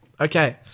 Okay